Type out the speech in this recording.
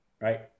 right